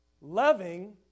Loving